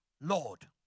Lord